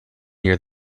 near